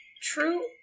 True